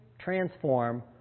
transform